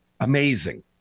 amazing